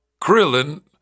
Krillin